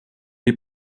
est